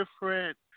different